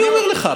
אני אומר לך,